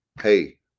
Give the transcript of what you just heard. hey